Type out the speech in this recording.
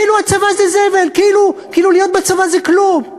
כאילו הצבא זה זבל, כאילו להיות בצבא זה כלום.